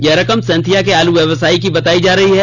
यह रकम सैंथिया के लिए आलू व्यवसायी की बतायी जा रही है